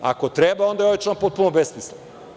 Ako treba, onda je ovaj član potpuno besmislen.